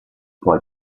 poi